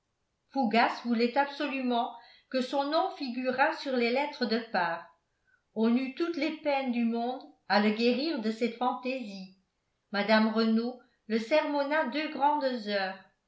fougas voulait absolument que son nom figurât sur les lettres de part on eut toutes les peines du monde à le guérir de cette fantaisie mme renault le sermonna deux grandes heures